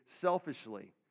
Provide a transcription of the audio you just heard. selfishly